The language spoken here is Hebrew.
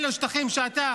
אלו שטחים שאתה